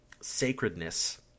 sacredness